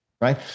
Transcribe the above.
right